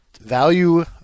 Value